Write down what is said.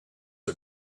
are